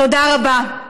תודה רבה.